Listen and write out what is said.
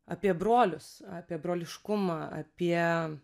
apie brolius apie broliškumą apie